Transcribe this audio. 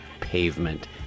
pavement